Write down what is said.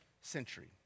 century